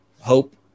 hope